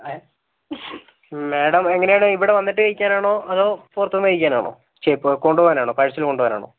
madam എങ്ങനെയാണ് ഇവിടെ വന്നിട്ട് കഴിക്കാനാണോ അതോ പുറത്ത് നിന്ന് കഴിക്കാനാണോ ശേ പുറത്തു കൊണ്ടുപോകാനാണോ പാഴ്സൽ കൊണ്ടുപോകാനാണോ